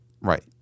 right